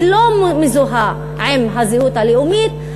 שלא מזוהה עם הזהות הלאומית,